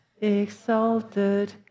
exalted